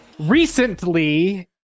Recently